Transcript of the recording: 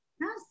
yes